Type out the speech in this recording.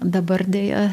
dabar deja